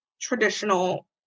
traditional